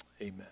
Amen